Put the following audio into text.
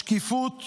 שקיפות